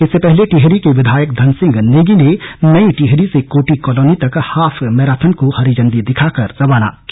इससे पहले टिहरी के विधायक धनसिंह नेगी ने नई टिहरी से कोटी कॉलोनी तक हॉफ मैराथन को हरी झण्डी दिखाकर रवाना किया